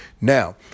now